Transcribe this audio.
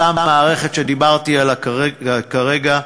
אותה מערכת שדיברתי עליה כרגע,